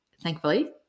thankfully